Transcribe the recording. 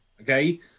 Okay